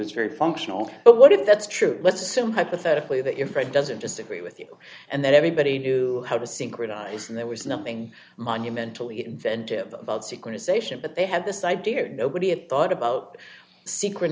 it's very functional but what if that's true let's assume hypothetically that your friend doesn't disagree with you and that everybody knew how to synchronise and there was nothing monumentally inventive about sickness ation but they had this idea that nobody had thought about secret